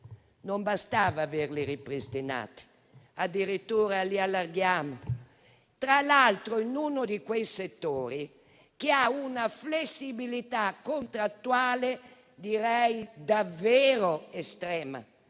non bastava averli ripristinati: addirittura li allarghiamo, tra l'altro in uno di quei settori che hanno una flessibilità contrattuale direi davvero estrema.